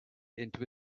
into